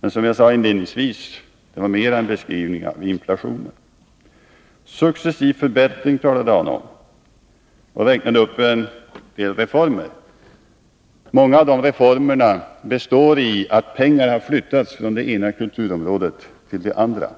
men som jag sade inledningsvis är det mera en beskrivning av inflationen. Successiv förbättring talade han om och räknade upp en del reformer. Många av de reformerna består av att pengar har flyttats från det ena kulturområdet till det andra.